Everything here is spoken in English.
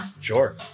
Sure